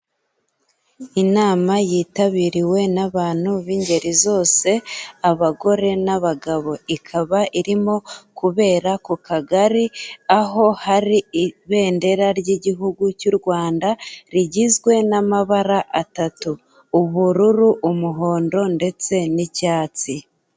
Inama yitabiriwe n'abantu b'ingeri zose, abagore n'abagabo, ikaba irimo kubera ku kagari, aho hari ibendera ry'Igihugu cy'u Rwanda, rigizwe n'amabara atatu:ubururu, umuhondo, ndetse n'icyatsi.